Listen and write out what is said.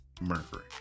mercury